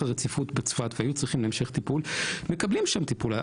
הרציפות בצפת והיו צריכים המשך טיפול מקבלים שם טיפול.